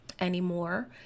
anymore